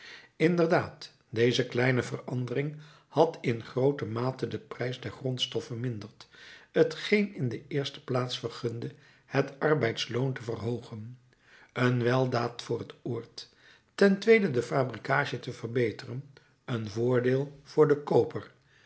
inderdaad deze kleine verandering had in groote mate den prijs der grondstof verminderd t geen in de eerste plaats vergunde het arbeidsloon te verhoogen een weldaad voor het oord ten tweede de fabrikage te verbeteren een voordeel voor den kooper